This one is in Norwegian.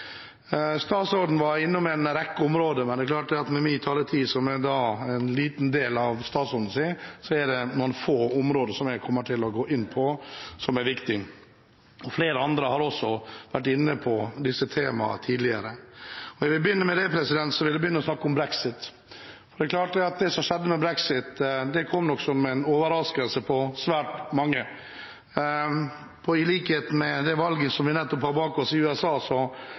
Statsråden var innom en rekke områder, men med min taletid, som er en liten del av statsrådens, er det noen få områder jeg kommer til å gå inn på, som er viktige. Flere andre har også vært inne på disse temaene tidligere. Jeg vil begynne med å snakke om brexit. Det som skjedde med brexit, kom nok som en overraskelse på svært mange. I likhet med det valget som vi nettopp har bak oss i USA, var det vel ikke så